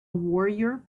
warrior